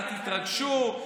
אל תתרגשו,